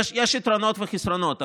יש יתרונות וחסרונות,